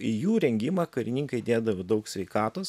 į jų rengimą karininkai dėdavo daug sveikatos